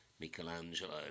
Michelangelo